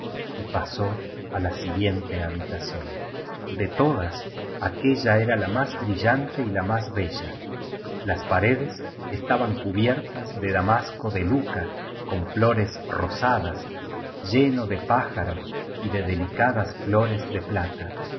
y pasó á la siguiente habi tación be todas aquella era la más brillante y la más bella las paredes estaban cubiertas de damasco de lúea con flores rosa das lleno de pájaros y de delicadas flores de plata